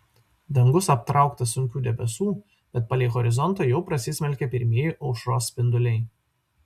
dangus aptrauktas sunkių debesų bet palei horizontą jau prasismelkė pirmieji aušros spinduliai